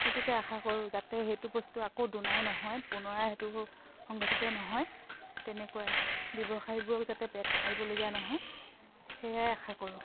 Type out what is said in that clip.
সেইটোকে আশা কৰোঁ যাতে সেইটো বস্তু আকৌ দোনাই নহয় পুনৰাই সেইটো সংগঠিত নহয় তেনেকৈ ব্যৱসায়ীবোৰক যাতে পেট মাৰিবলগীয়া নহয় সেয়াই আশা কৰোঁ